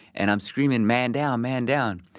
and i'm screaming, man down! man down!